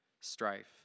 strife